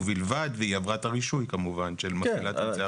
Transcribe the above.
ובלבד והיא עברה את הרישוי כמובן של מפעילת אמצעי אכיפה.